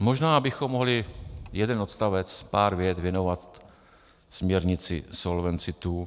Možná bychom mohli jeden odstavec, pár vět věnovat směrnici Solvency II.